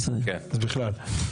אז בכלל.